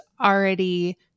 already